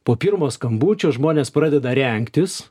po pirmo skambučio žmonės pradeda rengtis